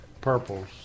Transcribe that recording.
purples